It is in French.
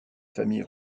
famille